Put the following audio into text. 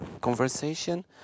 conversation